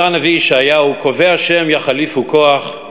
אומר הנביא ישעיהו: "וקוי ה' יחליפו כח,